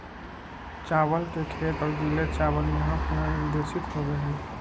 चावल के खेत और गीले चावल यहां पुनर्निर्देशित होबैय हइ